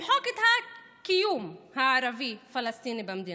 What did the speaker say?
למחוק את הקיום הערבי-פלסטיני במדינה.